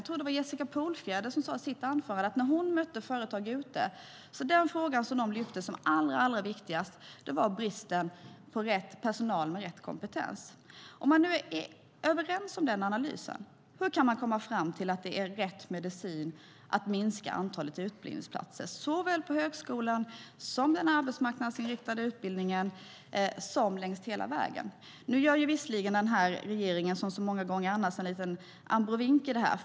Jag tror att det var Jessica Polfjärd som sade i sitt anförande att när hon möter företag ute är den fråga som de lyfter fram som allra viktigast bristen på rätt personal med rätt kompetens. Om man nu är överens om den analysen, hur kan man komma fram till att det är rätt medicin att minska antalet utbildningsplatser såväl på högskolan som i den arbetsmarknadsinriktade utbildningen? Nu gör visserligen regeringen, som så många gånger annars, en liten abrovink här.